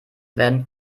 werden